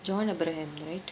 john abraham right